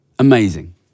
Amazing